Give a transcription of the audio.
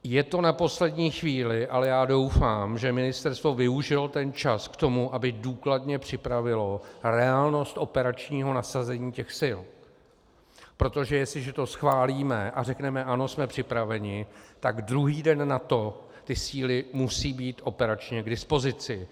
Je to na poslední chvíli, ale já doufám, že Ministerstvo využilo ten čas k tomu, aby důkladně připravilo reálnost operačního nasazení těch sil, protože jestliže to schválíme a řekneme ano, jsme připraveni, tak druhý den nato ty síly musí být operačně k dispozici.